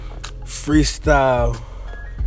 freestyle